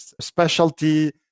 specialty